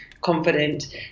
confident